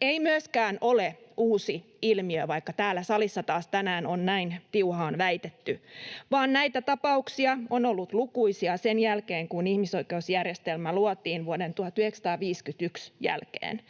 ei myöskään ole uusi ilmiö, vaikka täällä salissa taas tänään on tiuhaan näin väitetty, vaan näitä tapauksia on ollut lukuisia sen jälkeen, kun ihmisoikeusjärjestelmä luotiin vuoden 1951 jälkeen.